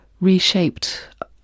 reshaped